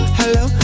hello